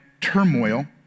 turmoil